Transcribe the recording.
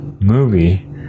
movie